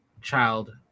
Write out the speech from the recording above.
child